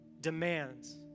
demands